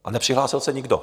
A nepřihlásil se nikdo.